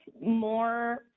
more